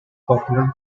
popular